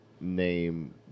name